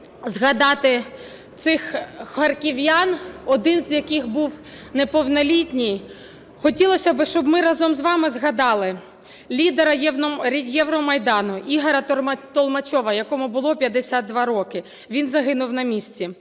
згадати цих харків'ян, один з яких був неповнолітній. Хотілося би, щоб ми разом з вами згадали лідера Євромайдану Ігоря Толмачова, якому було 52 роки, він загинув на місці.